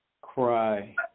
cry